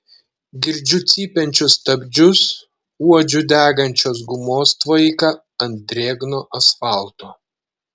girdžiu cypiančius stabdžius uodžiu degančios gumos tvaiką ant drėgno asfalto